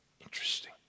Interesting